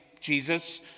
Jesus